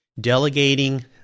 delegating